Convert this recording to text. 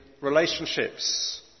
relationships